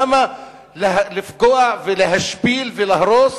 למה לפגוע, להשפיל ולהרוס?